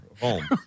home